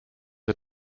are